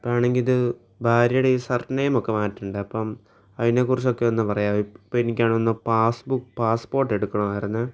ഇപ്പമാണെങ്കിൽ ഭാര്യയുടെ ഈ സർ നെയിമൊക്കെ മാറ്റണ്ടേ അപ്പം അതിനെക്കുറിച്ചൊക്കെ ഒന്നു പറയാമോ ഇപ്പം എനിക്കാണന്നേ പാസ്സ് ബുക്ക് പാസ്സ് പോർട്ട് എടുക്കണമായിരുന്നേ